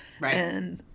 Right